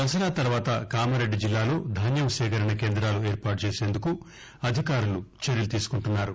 దసరా తర్వాత కామారెడ్డి జిల్లాలో ధాన్యం సేకరణ కేందాలుఏర్పాటు చేసేందుకు అధికారులు చర్యలు తీసుకుంటున్నారు